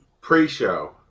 Pre-show